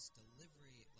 delivery